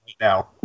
now